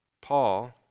Paul